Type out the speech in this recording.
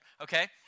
okay